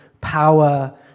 power